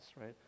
right